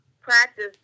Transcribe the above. practice